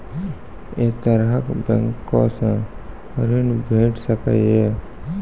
ऐ तरहक बैंकोसऽ ॠण भेट सकै ये?